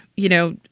you know,